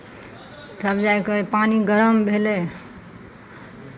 तब जाय कऽ पानि गरम भेलै